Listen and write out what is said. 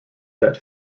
that